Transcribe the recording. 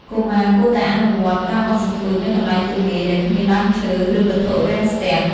កុមារគួរតែអនុវត្ត ការបោះសន្ទូច នៅកន្លែងទូលាយ ដែលគ្មានដើមឈើឬវត្ថុរាំងស្ទះ។